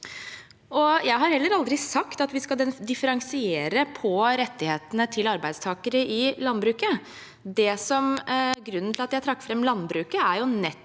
Jeg har heller aldri sagt at vi skal differensiere på rettighetene til arbeidstakere i landbruket. Grunnen til at jeg trakk fram landbruket, er nettopp